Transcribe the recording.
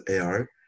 AR